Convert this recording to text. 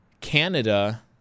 Canada